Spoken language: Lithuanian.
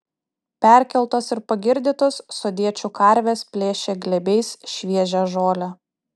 perkeltos ir pagirdytos sodiečių karvės plėšė glėbiais šviežią žolę